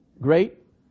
Great